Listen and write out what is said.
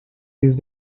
these